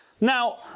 Now